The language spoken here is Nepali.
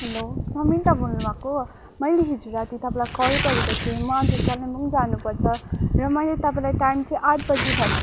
हेलो समिर दा बोल्नु भएको मैले हिजो राति तपाईँलाई कल गरेको थिएँ म आज कालिम्पोङ जानु पर्छ र मैले तपाईँलाई टाइम चाहिँ आठ बजी भ